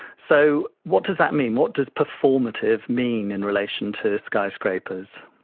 so what does that mean? what does performative mean in relation to skyscrapers?